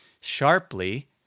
sharply